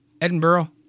Edinburgh